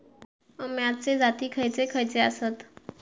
अम्याचे जाती खयचे खयचे आसत?